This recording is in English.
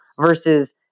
versus